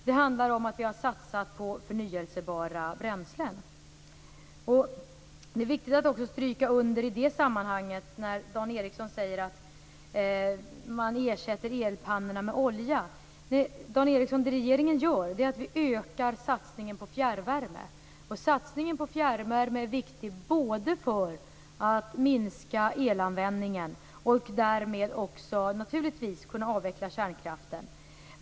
Det handlar om att vi har satsat på förnyelsebara bränslen. Dan Ericsson säger att elpannorna ersätts med olja. Det är då viktigt att understryka att vad regeringen gör är att öka satsningen på fjärrvärme. Satsningen på fjärrvärme är viktig för att kunna minska elanvändningen och därmed naturligtvis också för att kunna avveckla kärnkraften.